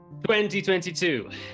2022